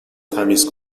تمیز